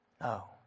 No